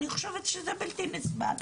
אני חושבת שזה בלתי נסבל.